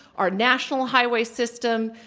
our national highway system,